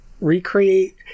recreate